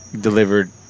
delivered